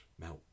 melt